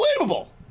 unbelievable